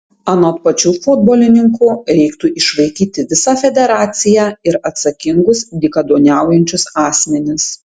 anot pačių futbolininkų reiktų išvaikyti visą federaciją ir atsakingus dykaduoniaujančius asmenis